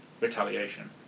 Retaliation